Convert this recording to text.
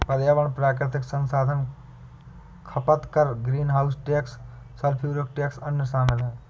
पर्यावरण प्राकृतिक संसाधन खपत कर, greenhouse gas tax, sulphuric tax, अन्य शामिल हैं